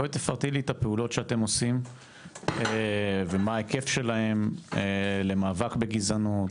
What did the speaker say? בואי תפרטי לי את הפעולות שאתם עושים ומה ההיקף שלהן למאבק בגזענות,